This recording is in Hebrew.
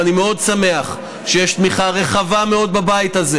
ואני מאוד שמח שיש תמיכה רחבה מאוד בבית הזה